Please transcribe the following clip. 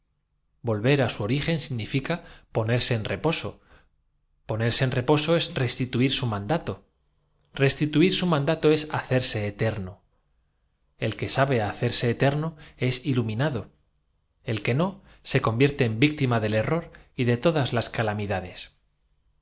volver á su origen sigm tivas ática ponerse en reposo ponerse en reposo es restituir lo que yo os enseño decía él lo podéis aprender su mandato restituir su mandato es hacerse eterno por vosotros mismos haciendo un legítimo uso de el que sabe hacerse eterno es iluminado el que no las facultades de vuestro espíritu nada tan natural se convierte en víctima del error y de todas las